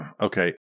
Okay